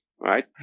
right